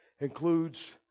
includes